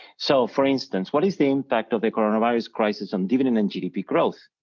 so, for instance, what is the impact of the corona virus crisis on dividend and gdp growth?